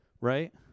right